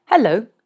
Hello